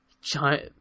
giant